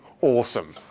awesome